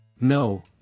No